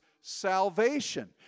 salvation